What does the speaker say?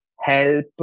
help